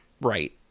right